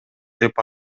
деп